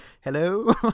hello